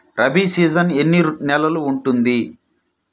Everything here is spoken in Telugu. రబీ సీజన్ ఎన్ని నెలలు ఉంటుంది?